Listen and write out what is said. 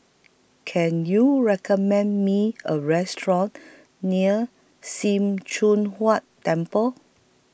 Can YOU recommend Me A near SIM Choon Huat Temple